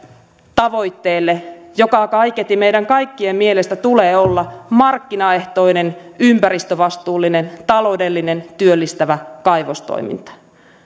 tavoitteelle joka kaiketi meidän kaikkien mielestä tulee olla markkinaehtoinen ympäristövastuullinen taloudellinen työllistävä kaivostoiminta